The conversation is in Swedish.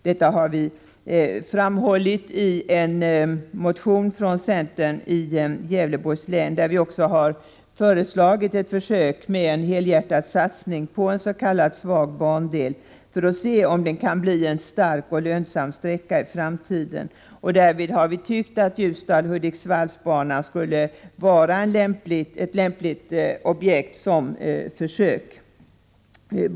Detta har vi framhållit i en motion från centerns representanter från Gävleborgs län och också föreslagit ett försök med en helhjärtad satsning på en s.k. svag bandel för att se om den kan bli en stark och lönsam sträcka i framtiden. Därvid har vi tyckt att Ljusdal-Hudiksvall-banan är ett lämpligt försöksobjekt.